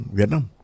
Vietnam